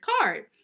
card